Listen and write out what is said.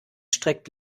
streckt